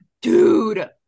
dude